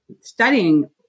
studying